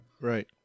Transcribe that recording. right